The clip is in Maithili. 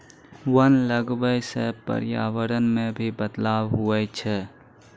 वन लगबै से पर्यावरण मे भी बदलाव हुवै छै